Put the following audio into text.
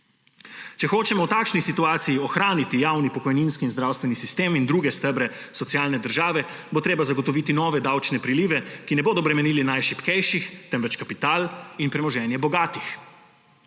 Če hočemo v takšni situaciji ohraniti javni pokojninski in zdravstveni sistem in druge stebre socialne države, bo treba zagotoviti nove davčne prilive, ki ne bodo bremenili najšibkejših, temveč kapital in premoženje bogatih.